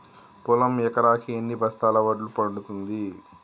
పొలం ఎకరాకి ఎన్ని బస్తాల వడ్లు పండుతుంది?